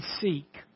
seek